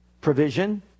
provision